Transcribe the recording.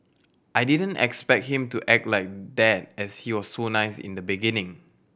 I didn't expect him to act like that as he was so nice in the beginning